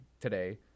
today